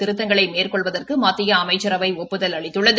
திருத்தங்களை மேற்கொள்வதற்கு மத்திய அமைச்சரவை ஒப்புதல் அளித்துள்ளது